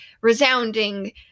resounding